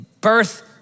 birth